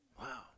Wow